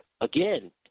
again